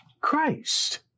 Christ